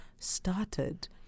started